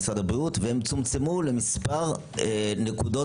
משרד הבריאות והם צומצמו למספר נקודות